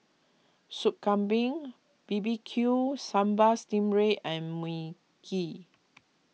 Soup Kambing B B Q Sambal Stingray and Mui Kee